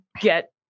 get